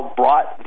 brought